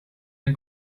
den